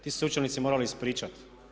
Ti su se učenici morali ispričati.